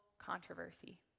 controversy